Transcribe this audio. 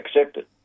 accepted